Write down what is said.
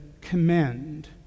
commend